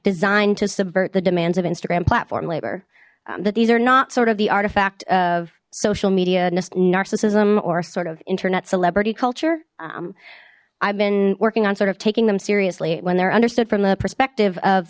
designed to subvert the demands of instagram platform labor that these are not sort of the artifact of social media narcissism or sort of internet celebrity culture i've been working on sort of taking them seriously when they're understood from the perspective of